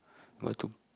go to